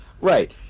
Right